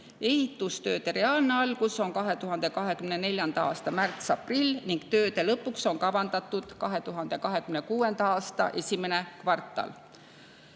Ehitustööde reaalne algus on 2024. aasta märtsis-aprillis ning tööde lõpp on kavandatud 2026. aasta esimesse kvartalisse.